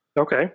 Okay